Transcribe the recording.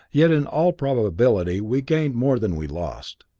yet, in all probability we gained more than we lost,